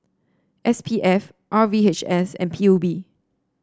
S P F R V H S and P U B